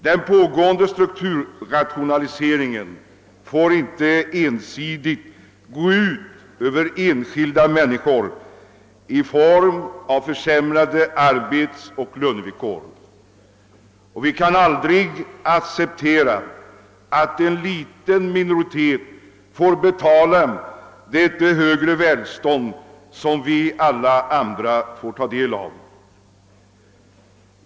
Den pågående = strukturrationaliseringen får inte ensidigt gå ut över enskilda människor i form av försämrade arbetsoch lönevillkor. Vi kan aldrig acceptera att en liten minoritet får betala det högre välstånd som vi andra får ta del av.